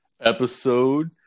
episode